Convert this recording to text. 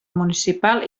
municipal